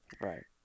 Right